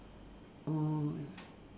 oh